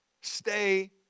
Stay